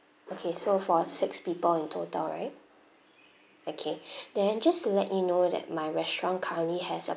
okay so for six people in total right okay then just to let you know that my restaurant currently has a